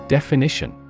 Definition